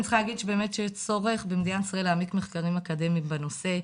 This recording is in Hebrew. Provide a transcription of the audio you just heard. אני צריכה להגיד שיש צורך במדינת ישראל להעמיד מחקרים אקדמיים בנושא.